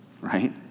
Right